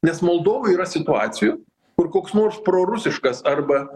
nes moldovoj yra situacijų kur koks nors prorusiškas arba